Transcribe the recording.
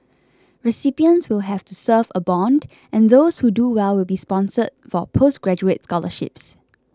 recipients will have to serve a bond and those who do well will be sponsored for postgraduate scholarships